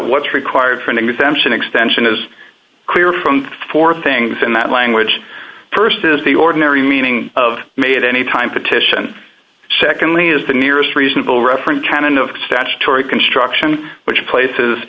what's required for an exemption extension is clear from four things in that language st is the ordinary meaning of made any time petition secondly is the nearest reasonable reference can and of statutory construction which places